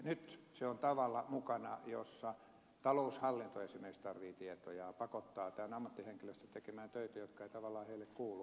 nyt ne ovat mukana sellaisella tavalla jossa taloushallinto esimerkiksi tarvitsee tietoja ja pakottaa tämän ammattihenkilöstön tekemään töitä jotka eivät tavallaan sille kuulu